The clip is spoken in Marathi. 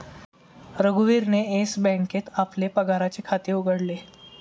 रघुवीरने येस बँकेत आपले पगाराचे खाते उघडले